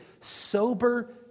sober